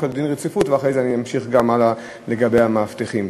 ואחרי זה אני אמשיך גם לגבי המאבטחים.